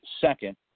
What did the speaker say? second